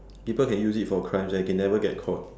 people can use it for crimes and can never get caught